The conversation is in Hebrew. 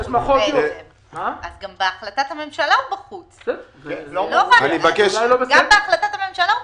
אז גם בהחלטת הממשלה הוא בחוץ כי הוא נצמד להחלטת הממשלה.